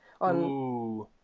on